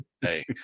Hey